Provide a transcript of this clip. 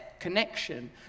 connection